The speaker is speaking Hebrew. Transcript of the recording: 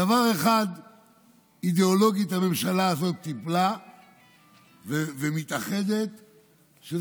בדבר אחד הממשלה הזאת טיפלה ומתאחדת אידיאולוגית,